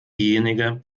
diejenige